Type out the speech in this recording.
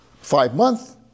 five-month